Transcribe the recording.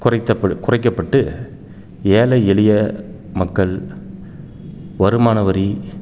குறைத்தப்படு குறைக்கப்பட்டு ஏழை எளிய மக்கள் வருமான வரி